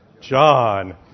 John